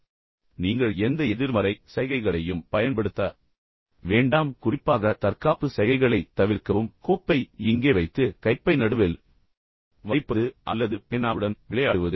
எனவே நீங்கள் குறைக்கிறீர்கள் இதனால் நீங்கள் எந்த எதிர்மறை சைகைகளையும் பயன்படுத்த வேண்டாம் குறிப்பாக தற்காப்பு சைகைகளைத் தவிர்க்கவும் கோப்பை இங்கே வைத்து கைப்பை நடுவில் வைப்பது அல்லது பேனாவுடன் விளையாடுவது